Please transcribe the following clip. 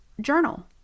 journal